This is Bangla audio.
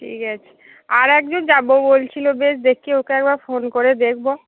ঠিক আছে আর একজন যাবো বলছিলো বেশ দেখি ওকে একবার ফোন করে দেখবো